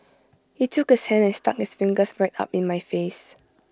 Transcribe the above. he took his hand and stuck his fingers right up in my face